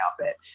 outfit